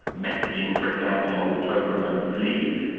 messaging, for example, on the toblerone sleeve,